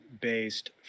based